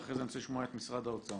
ואחרי זה אני רוצה לשמוע את משרד האוצר.